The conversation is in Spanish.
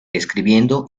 escribiendo